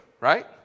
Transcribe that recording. right